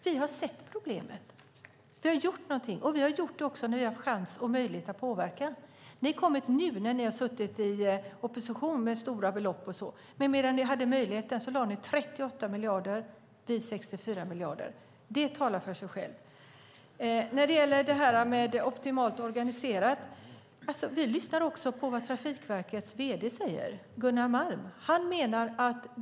Vi har sett problemen, och vi har gjort någonting. Och vi har gjort det när vi har haft chans och möjlighet att påverka. Ni har kommit med stora belopp nu, när ni sitter i opposition, men när ni hade möjlighet lade ni 38 miljarder. Vi lade 64 miljarder. Det talar för sig självt. När det gäller om det är optimalt organiserat lyssnar vi också på vad Trafikverkets gd Gunnar Malm säger.